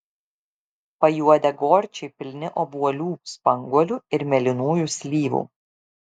pajuodę gorčiai pilni obuolių spanguolių ir mėlynųjų slyvų